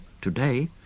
today